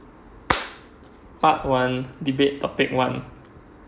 part one debate topic one